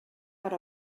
per